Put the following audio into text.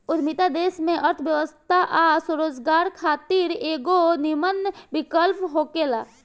उद्यमिता देश के अर्थव्यवस्था आ स्वरोजगार खातिर एगो निमन विकल्प होखेला